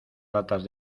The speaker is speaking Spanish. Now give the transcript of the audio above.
latas